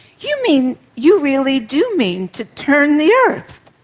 you mean, you really do mean to turn the earth.